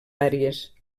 àrees